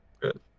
Good